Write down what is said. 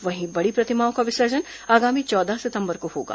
वहीं बड़ी प्रतिमाओं का विसर्जन आगामी चौदह सितंबर को होगा